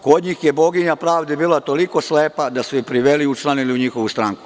Kod njih je Boginja Pravde bila toliko slepa da su je priveli i učlanili u njihovu stranku.